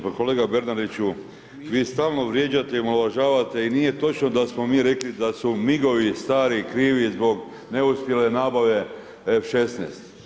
Pa kolega Bernardiću, vi stalno vrijeđate i omaložavate i nije točno da smo mi rekli da su migovi stari krivi zbog neuspjele nabave F-16.